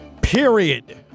Period